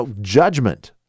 judgment